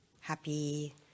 happy